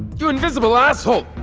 you invisible asshole!